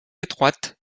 étroites